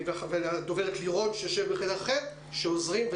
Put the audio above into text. הדר ולדובר לירון שיושב בחדר אחר, שעוזרים.